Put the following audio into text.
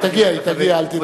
תגיע, היא תגיע, אל תדאג.